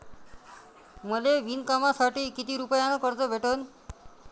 मले विणकामासाठी किती रुपयानं कर्ज भेटन?